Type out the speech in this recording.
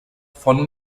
von